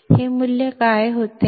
येथे मूल्य काय होते